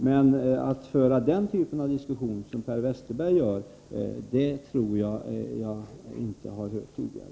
Men den argumentation som Per Westerberg för tror jag inte att jag hört tidigare.